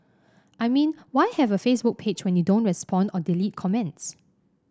I mean why have a Facebook page when you don't respond or delete comments